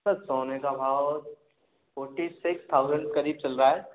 sir सोने का भाव फोट्टी सिक्स थाउज़ेंड के करीब चल रहा है